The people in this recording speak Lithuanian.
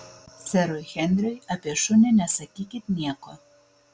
serui henriui apie šunį nesakykit nieko